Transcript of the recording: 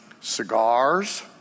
Cigars